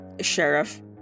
Sheriff